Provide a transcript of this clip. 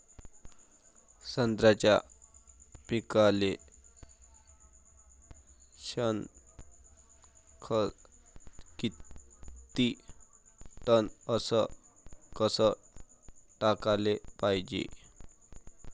संत्र्याच्या पिकाले शेनखत किती टन अस कस टाकाले पायजे?